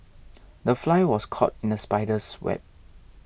the fly was caught in the spider's web